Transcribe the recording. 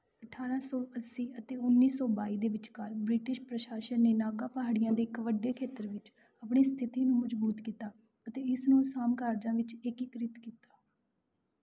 ਅਠਾਰਾਂ ਸੌ ਅੱਸੀ ਅਤੇ ਉੱਨੀ ਸੌ ਬਾਈ ਦੇ ਵਿਚਕਾਰ ਬ੍ਰਿਟਿਸ਼ ਪ੍ਰਸ਼ਾਸਨ ਨੇ ਨਾਗਾ ਪਹਾੜੀਆਂ ਦੇ ਇੱਕ ਵੱਡੇ ਖੇਤਰ ਵਿੱਚ ਆਪਣੀ ਸਥਿਤੀ ਨੂੰ ਮਜ਼ਬੂਤ ਕੀਤਾ ਅਤੇ ਇਸ ਨੂੰ ਅਸਾਮ ਕਾਰਜਾਂ ਵਿੱਚ ਏਕੀਕ੍ਰਿਤ ਕੀਤਾ